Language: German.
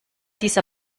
dieser